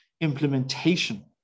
implementation